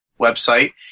website